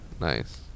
Nice